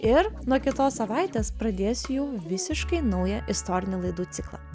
ir nuo kitos savaitės pradėsiu jau visiškai naują istorinį laidų ciklą